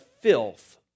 filth